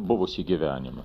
buvusį gyvenimą